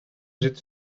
zit